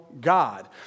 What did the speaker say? God